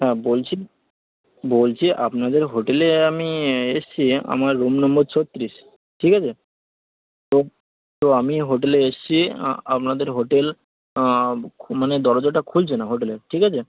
হ্যাঁ বলছি বলছি আপনাদের হোটেলে আমি এসছি আমার রুম নাম্বার ছত্রিশ ঠিক আছে তো তো আমি হোটেলে এসেছি আপনাদের হোটেল মানে দরজাটা খুলছে না হোটেলের ঠিক আছে